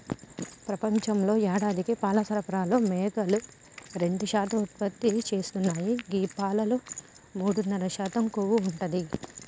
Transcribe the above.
ప్రపంచంలో యేడాదికి పాల సరఫరాలో మేకలు రెండు శాతం ఉత్పత్తి చేస్తున్నాయి గీ పాలలో మూడున్నర శాతం కొవ్వు ఉంటది